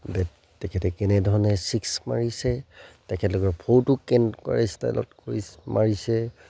bat তেখেতে কেনেধৰণে six মাৰিছে তেখেতলোকৰ ফ'ৰটো কেনকুৱা ষ্টাইলত কৰি মাৰিছে